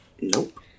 nope